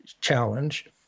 challenge